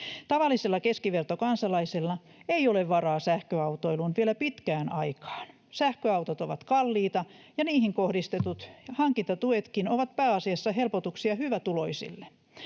Tavallisella keskivertokansalaisella ei ole varaa sähköautoiluun vielä pitkään aikaan. Sähköautot ovat kalliita, ja niihin kohdistetut hankintatuetkin ovat pääasiassa helpotuksia hyvätuloisille.